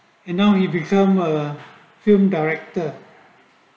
and now he become a film director